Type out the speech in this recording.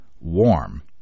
warm